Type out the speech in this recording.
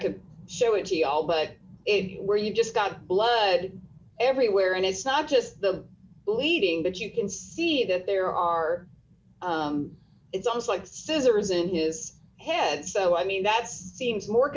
could show it he all but where you just got blood everywhere and it's not just the bleeding but you can see that there are it's almost like scissors in his head so i mean that seems more